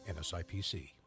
NSIPC